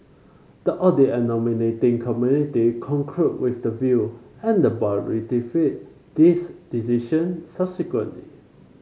the audit and nominating community concurred with the view and the board ratified this decision subsequently